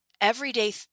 everyday